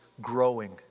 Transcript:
growing